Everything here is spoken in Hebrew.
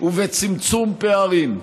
ובצמצום פערים.